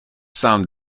sound